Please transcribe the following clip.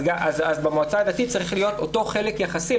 אז במועצה הדתית צריך להיות אותו חלק יחסי.